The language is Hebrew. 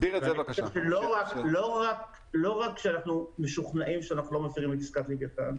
לא רק שאנחנו משוכנעים שאנחנו לא מפרים את עסקת לווייתן,